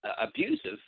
abusive